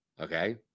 Okay